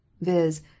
viz